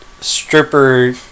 stripper